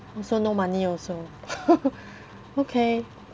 also no money also okay